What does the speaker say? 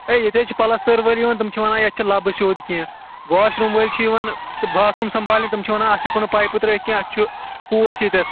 ہے ییٚتہِ حظ چھِ پَلَستر وٲلۍ یِوان تِم چھِ وَنان یَتھ چھِ لَبہٕ سید کیٚنٛہہ واشروٗم وٲلۍ چھِ یِوان تہٕ باتھروٗم سَمبالنہِ تِم چھِ وَنان اَتھ ہٮ۪کو نہٕ پایپہٕ ترٛٲیِتھ کیٚنٛہہ اَتھ چھُ کُس ییٚتٮ۪تھ